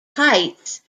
heights